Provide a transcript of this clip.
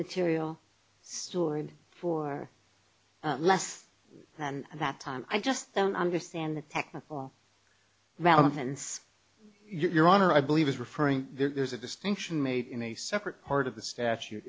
material stored for less than that time i just don't understand the technical relevance your honor i believe is referring there's a distinction made in a separate part of the statute